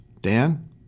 Dan